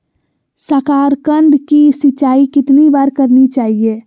साकारकंद की सिंचाई कितनी बार करनी चाहिए?